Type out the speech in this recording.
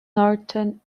norton